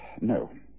No